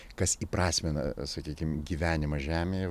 kas įprasmina sakykim gyvenimą žemėje